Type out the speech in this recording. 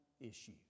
issue